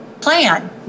plan